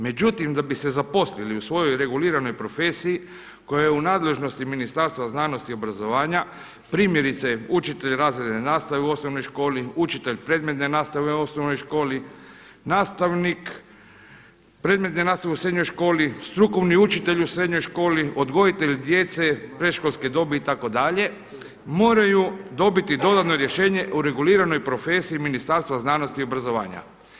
Međutim, da bi se zaposlili u svojoj reguliranoj profesiji koja je u nadležnosti Ministarstva znanosti i obrazovanja primjerice, učitelj razredne nastave u osnovnoj školi, učitelj predmetne nastave u osnovnoj školi, nastavnik predmetne nastave u srednjoj školi, strukovni učitelj u srednjoj školi, odgojitelj djece predškolske dobi itd., moraju dobiti dodatno rješenje o reguliranoj profesiji Ministarstva znanosti i obrazovanja.